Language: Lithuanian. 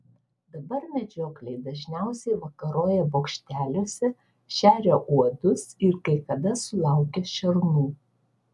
dabar medžiokliai dažniausiai vakaroja bokšteliuose šeria uodus ir kai kada sulaukia šernų